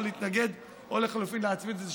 או להתנגד או לחלופין להצמיד את זה,